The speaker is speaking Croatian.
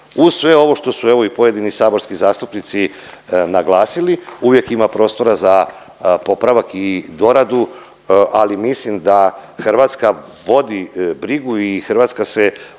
uz sve ovo što su evo i pojedini saborski zastupnici naglasili uvijek ima prostora za popravak i doradu, ali mislim da Hrvatska vodi brigu i Hrvatska se uz